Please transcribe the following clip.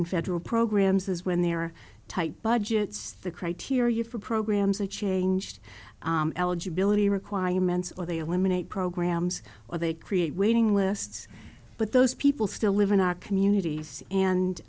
and federal programs is when there are tight budgets the criteria for programs are changed eligibility requirements or they eliminate programs or they create waiting lists but those people still live in our communities and